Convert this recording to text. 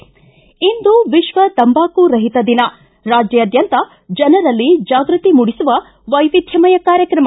ಿ ಇಂದು ವಿಶ್ವ ತಂಬಾಕು ರಹಿತ ದಿನ ರಾಜ್ಯಾದ್ಯಂತ ಜನರಲ್ಲಿ ಜಾಗೃತಿ ಮೂಡಿಸುವ ವೈವಿಧ್ವಮಯ ಕಾರ್ಯಕ್ರಮ